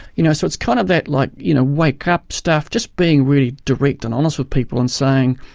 you know, so it's kind of that like you know wake-up stuff, just being really direct and honest with people and saying,